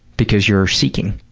because you're seeking.